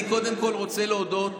קודם כול, אני רוצה להודות